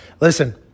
Listen